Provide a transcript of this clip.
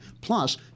plus